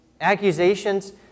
Accusations